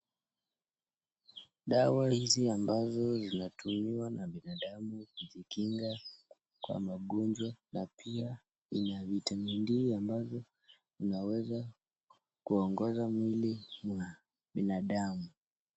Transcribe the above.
Dawa hizi ambazo zinatumiwa na binadamu kujikinga kwa magonjwa na pia ina vitamini D ambazo zinaweza kuongoza mwili wa binadamu.